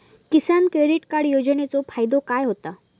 किसान credit card योजनेचो फायदो काय होता?